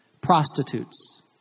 prostitutes